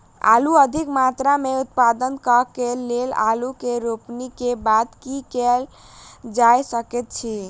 आलु अधिक मात्रा मे उत्पादन करऽ केँ लेल आलु केँ रोपनी केँ बाद की केँ कैल जाय सकैत अछि?